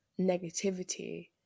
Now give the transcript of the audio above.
negativity